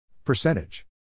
Percentage